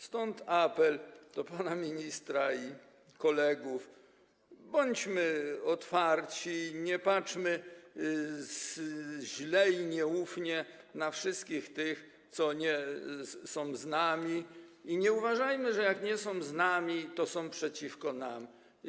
Stąd apel do pana ministra i kolegów: Bądźmy otwarci, nie patrzmy źle i nieufnie na wszystkich tych, którzy nie są z nami, i nie uważajmy, że jak nie są z nami, to są przeciwko nam.